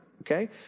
okay